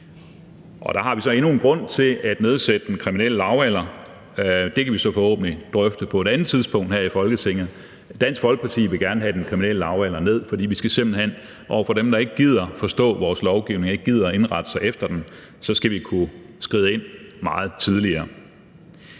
Der har vi så endnu en grund til at nedsætte den kriminelle lavalder. Det kan vi så forhåbentlig drøfte på et andet tidspunkt her i Folketinget. Dansk Folkeparti vil gerne have den kriminelle lavalder ned, fordi vi simpelt hen over for dem, der ikke gider at forstå vores lovgivning og ikke gider at indrette sig efter den, skal kunne skride ind meget tidligere.